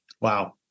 wow